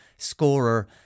scorer